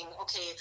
okay